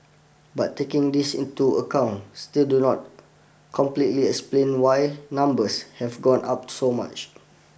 but taking this into account still do not completely explain why numbers have gone up so much